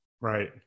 Right